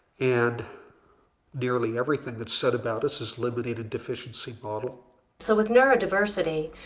and nearly everything that's said about us is limiting in deficiency model so with neurodiversity